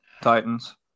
Titans